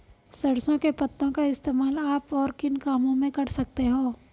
सरसों के पत्तों का इस्तेमाल आप और किन कामों में कर सकते हो?